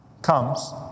comes